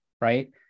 right